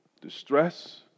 distress